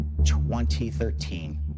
2013